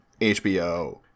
HBO